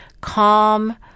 calm